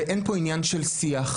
ואין פה עניין של שיח,